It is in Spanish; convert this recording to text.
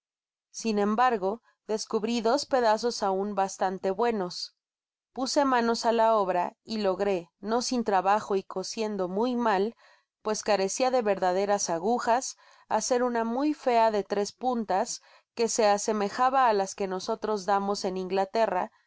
sin embargo descubri dos pedazos aun bastante buenos puse manos á la obra y logré no sin trabajo y cosiendo muy mal pues carecia de verdaderas agujas hncer una muy fea de tres puntas que se asemejaba á las que nosotros damos en inglaterra el